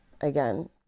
again